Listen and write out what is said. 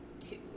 two